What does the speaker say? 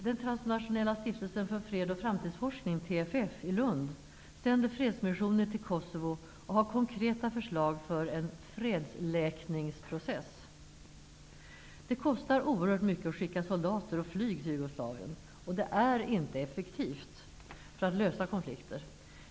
Den transnationella stiftelsen för freds och framtidsforskning, TFF, i Lund, sänder fredsmissioner till Kosovo och har konkreta förslag för en fredsläkningsprocess. Det kostar oerhört mycket att skicka soldater och flyg till Jugoslavien, och det är inte effektivt för att lösa konflikter.